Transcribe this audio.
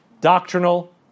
doctrinal